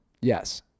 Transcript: Yes